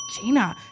Gina